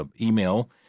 email